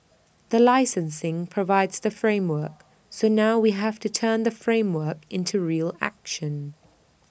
the licensing provides the framework so now we have to turn the framework into real action